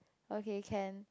okay can